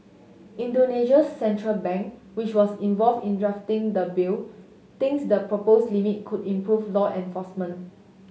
Indonesia's central bank which was involved in drafting the bill thinks the propose limit could improve law enforcement